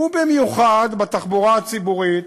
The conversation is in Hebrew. ובמיוחד בתחבורה הציבורית,